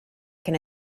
can